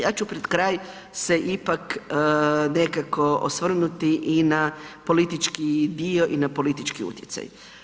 Ja ću pred kraj se ipak nekako osvrnuti i na politički dio i na politički utjecaj.